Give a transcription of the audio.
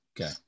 Okay